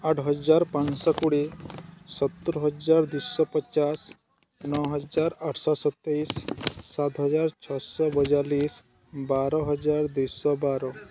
ଆଠ ହଜାର ପାଞ୍ଚଶହ କୋଡ଼ିଏ ସତର ହଜାର ଦୁଇଶହ ପଚାଶ ନଅ ହଜାର ଆଠଶହ ସତେଇଶି ସାତହଜାର ଛଅଶହ ବାୟାଳିଶି ବାର ହଜାର ଦୁଇଶହ ବାର